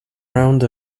round